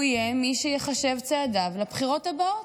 הוא יהיה מי שיחשב צעדיו לבחירות הבאות,